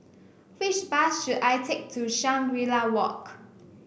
which bus should I take to Shangri La Walk